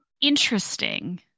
Interesting